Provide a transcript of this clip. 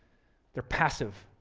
they're passive,